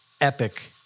epic